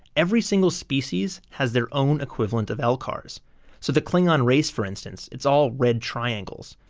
every single species has their own equivalent of lcars. so, the klingon race, for instance, it's all red triangles.